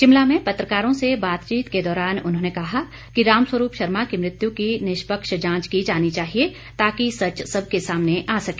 शिमला में पत्रकारों से बातचीत के दौरान उन्होंने कहा कि रामस्वरूप शर्मा की मृत्यु की निष्पक्ष जांच की जाने चाहिए ताकि सच सब के सामने आ सके